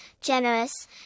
generous